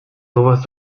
sowas